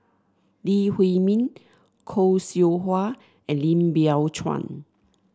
Lee Huei Min Khoo Seow Hwa and Lim Biow Chuan